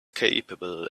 capable